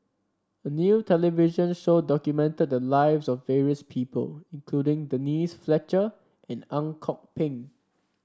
a new television show documented the lives of various people including Denise Fletcher and Ang Kok Peng